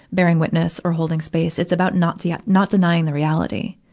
bearing witness or holding space, it's about not dea, not denying the reality.